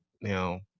now